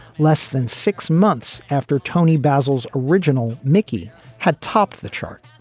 less than six months after tony basil's original mickey had topped the chart.